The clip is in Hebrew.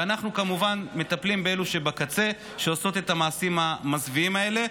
ואנחנו כמובן מטפלים באלו שבקצה שעושים את המעשים המזוויעים האלה,